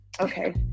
Okay